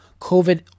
COVID